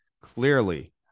clearly